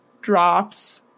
drops